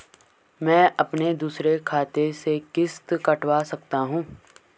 मैं अपने दूसरे खाते से किश्त कटवा सकता हूँ?